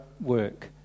work